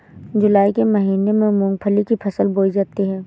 जूलाई के महीने में मूंगफली की फसल बोई जाती है